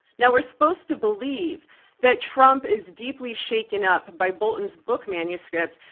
now, we're supposed to believe that trump is deeply shaken up by bolton's book manuscript,